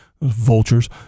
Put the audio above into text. Vultures